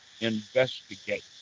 investigate